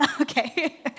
Okay